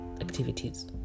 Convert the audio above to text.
activities